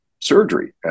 surgery